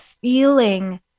feeling